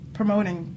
promoting